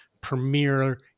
premier